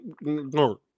No